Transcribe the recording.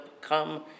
come